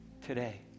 today